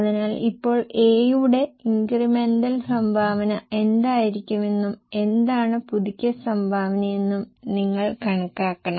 അതിനാൽ ഇപ്പോൾ A യുടെ ഇൻക്രിമെന്റൽ സംഭാവന എന്തായിരിക്കുമെന്നും എന്താണ് പുതുക്കിയ സംഭാവനയെന്നും നിങ്ങൾ കണക്കാക്കണം